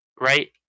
right